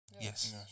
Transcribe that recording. Yes